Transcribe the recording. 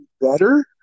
better